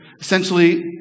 Essentially